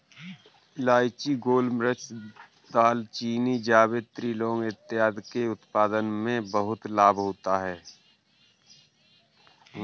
इलायची, गोलमिर्च, दालचीनी, जावित्री, लौंग इत्यादि के उत्पादन से बहुत लाभ होता है